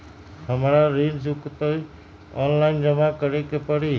हमरा ऋण चुकौती ऑनलाइन जमा करे के परी?